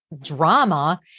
drama